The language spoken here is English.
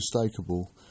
unmistakable